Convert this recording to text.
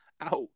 out